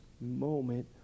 moment